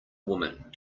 woman